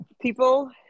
People